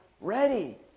ready